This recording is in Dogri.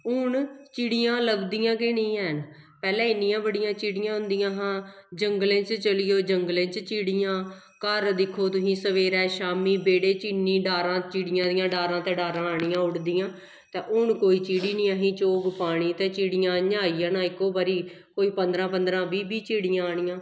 हून चिड़ियां लभदियां गै निं हैन पैह्लें इन्नियां बड़ियां चिड़ियां होदियां हां जंगलें च चली जाओ जंगलें च चिड़ियां घर दिक्खो तुसीं सवेरे शाम्मी बेह्ड़े च इन्नी डारां चिड़ियें दियां डारां दी डारां आनियां उड्डदियां ते हून कोई चिड़ी निं असें चोग पानी ते चिड़ियें इयां आई जाना इक्को बारी कोई पंदरां पंदरां बीह् बीह् चिड़ियां आनियां